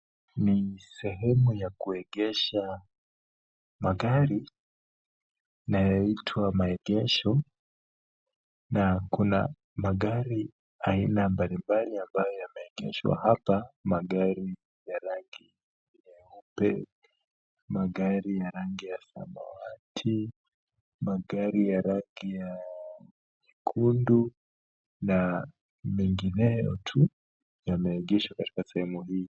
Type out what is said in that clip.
Ni sehemu yakuegesha magari inayoitwa maegesho na kuna magari aina mbalimbali ambayo yameegeshwa hapa, magari ya rangi nyeupe, magari ya rangi samawati, magari ya rangi ya nyekundu na mengineyo tu , yameegeshwa katika sehemu hii